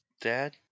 Dad